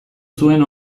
zuen